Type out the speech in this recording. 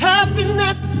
Happiness